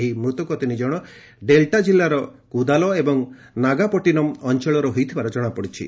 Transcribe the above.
ଏହି ମୃତକ ତିନିଜଣ ଡେଲ୍ଟା ଜିଲ୍ଲାର କୁଦାଲୋ ଏବଂ ନାଗାପଟିନମ୍ ଅଞ୍ଚଳର ହୋଇଥିବାର ଜଣାପଡ଼ିଛି